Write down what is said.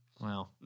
Wow